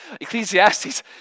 Ecclesiastes